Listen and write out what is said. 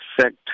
sect